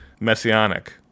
messianic